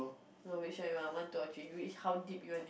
no which one you want one two or three which how deep you want it